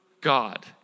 God